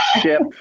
ship